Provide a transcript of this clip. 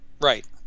Right